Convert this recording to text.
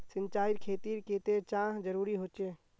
सिंचाईर खेतिर केते चाँह जरुरी होचे?